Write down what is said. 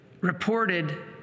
reported